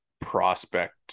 prospect